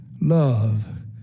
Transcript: Love